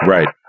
Right